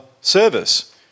service